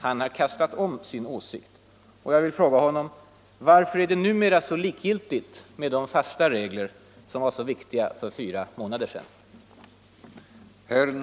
Han har kastat om sin åsikt. Och jag vill fråga honom: Varför är det numera likgiltigt med de fasta regler som var så viktiga för fyra månader sedan?